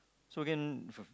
so again